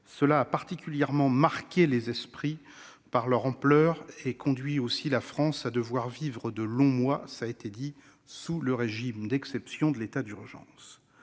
ont particulièrement marqué les esprits par leur ampleur et conduit la France à devoir vivre de longs mois sous le régime d'exception de l'état d'urgence.